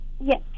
Yes